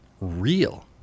real